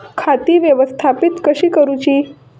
खाती व्यवस्थापित कशी करूची?